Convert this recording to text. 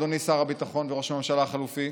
אדוני שר הביטחון וראש הממשלה החלופי,